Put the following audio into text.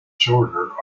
shorter